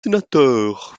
sénateur